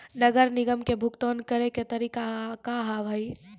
नगर निगम के भुगतान करे के तरीका का हाव हाई?